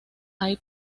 hay